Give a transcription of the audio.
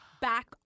back